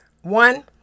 One